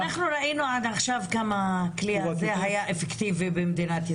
ראינו עד עכשיו כמה הכלי הזה היה "אפקטיבי" במדינת ישראל.